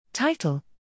title